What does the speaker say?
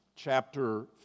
chapter